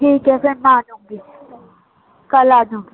ٹھیک ہے پھر میں آ جاؤں گی کل آ جاؤں گی